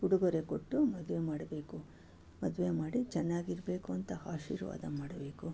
ಉಡುಗೊರೆ ಕೊಟ್ಟು ಮದುವೆ ಮಾಡಬೇಕು ಮದುವೆ ಮಾಡಿ ಚೆನ್ನಾಗಿರಬೇಕು ಅಂತ ಆಶೀರ್ವಾದ ಮಾಡಬೇಕು